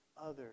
others